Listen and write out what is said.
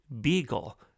beagle